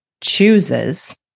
chooses